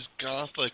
gothic